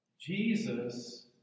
Jesus